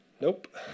nope